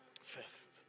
first